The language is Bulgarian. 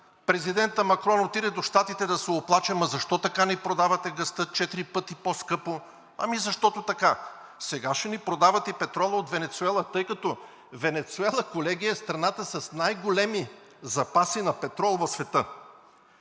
Президентът Макрон отиде до Щатите да се оплаче: ама защо така ни продавате газта, четири пъти по-скъпо? Ами защото така. Сега ще ни продават и петрола от Венецуела, тъй като Венецуела, колеги, е страната с най-големи запаси на петрол в света.